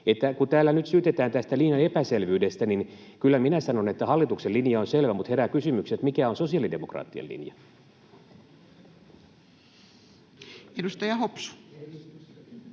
Kun täällä nyt syytetään tästä linjan epäselvyydestä, niin kyllä minä sanon, että hallituksen linja on selvä, mutta herää kysymys, mikä on sosiaalidemokraattien linja. [Speech 31]